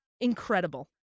incredible